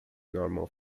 normal